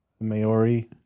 Maori